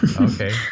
okay